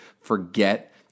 forget